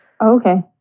Okay